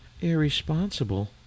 irresponsible